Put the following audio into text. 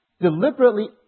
deliberately